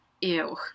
ew